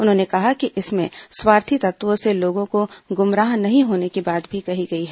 उन्होंने कहा कि इसमें स्वार्थी तत्वों से लोगों को गुमराह नहीं होने की भी बात कही गई है